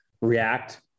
react